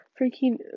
freaking